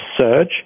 surge